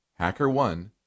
Hackerone